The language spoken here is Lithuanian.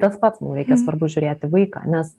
tas pats reikia svarbu žiūrėti vaiką nes